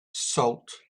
salt